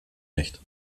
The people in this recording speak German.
nicht